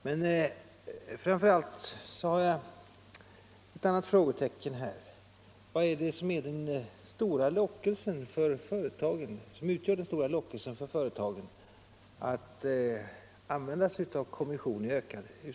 Men jag har framför allt ett annat frågetecken. Vad är det som utgör den stora lockelsen för företagen att i ökad utsträckning använda sig av kommission?